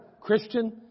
Christian